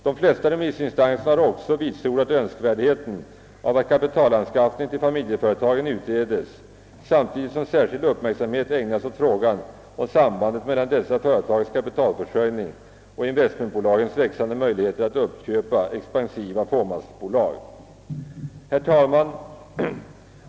De flesta remissinstanserna har också vitsordat nödvändigheten av att kapitalanskaffning till familjeföretagen utreds, samtidigt som särskild uppmärksamhet ägnas åt sambandet mellan dessa företags kapitalförsörjning och investmentbolagens växande möjligheter att uppköpa expansiva fåmansbolag. Herr talman!